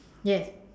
yes